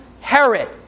Herod